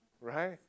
right